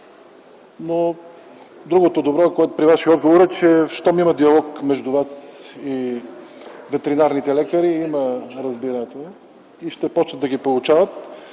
Другото добро при Вашия отговор е, че щом има диалог между Вас и ветеринарните лекари, има разбирането Ви и ще започнат да ги получават.